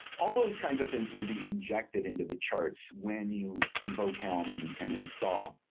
all those kinds of things will be injected into the charts when you invoke helm and and install.